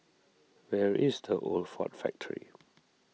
where is the Old Ford Factor